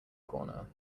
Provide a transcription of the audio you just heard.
corner